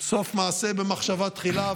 סוף מעשה במחשבה תחילה,